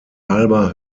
halber